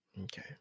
Okay